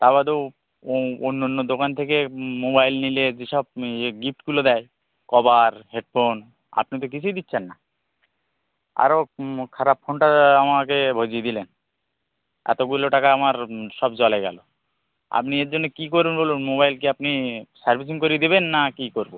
তা বাদেও অন্য অন্য দোকান থেকে মোবাইল নিলে যেসব ইয়ে গিফটগুলো দেয় কভার হেডফোন আপনি তো কিছুই দিচ্ছেন না আরও খারাপ ফোনটা আমাকে ভজিয়ে দিলেন এতগুলো টাকা আমার সব জলে গেলো আপনি এর জন্যে কী করবেন বলুন মোবাইল কি আপনি সার্ভিসিং করিয়ে দেবেন না কী করব